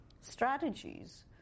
strategies